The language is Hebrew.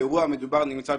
האירוע המדובר נמצא בבדיקה".